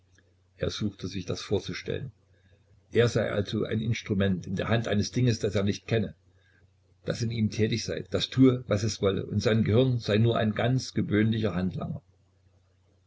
er suchte sich das vorzustellen er sei also ein instrument in der hand eines dinges das er nicht kenne das in ihm tätig sei das tue was es wolle und sein gehirn sei nur ein ganz gewöhnlicher handlanger